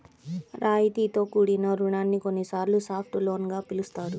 రాయితీతో కూడిన రుణాన్ని కొన్నిసార్లు సాఫ్ట్ లోన్ గా పిలుస్తారు